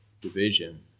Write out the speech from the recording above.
division